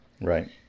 right